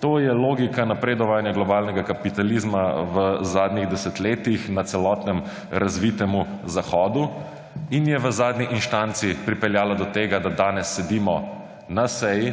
To je logika napredovanja globalnega kapitalizma v zadnjih desetletjih na celotnem razvitem Zahodu in je v zadnji inštanci pripeljalo do tega, da danes sedimo na seji,